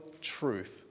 truth